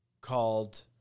called